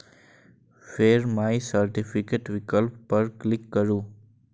फेर my certificate विकल्प पर क्लिक करू